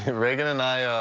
and reagan and i,